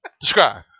Describe